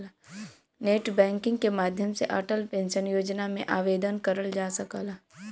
net banking के माध्यम से अटल पेंशन योजना में आवेदन करल जा सकला